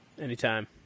anytime